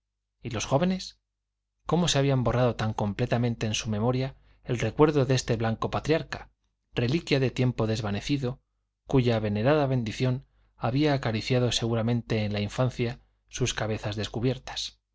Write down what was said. y los jóvenes cómo se había borrado tan completamente en su memoria el recuerdo de este blanco patriarca reliquia del tiempo desvanecido cuya venerada bendición había acariciado seguramente en la infancia sus cabezas descubiertas